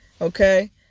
okay